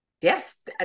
Yes